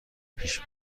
پیش